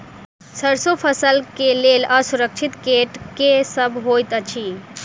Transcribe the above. सैरसो फसल केँ लेल असुरक्षित कीट केँ सब होइत अछि?